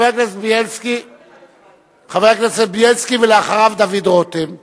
חבר הכנסת בילסקי, ואחריו, דוד רותם.